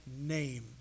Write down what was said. name